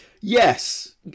Yes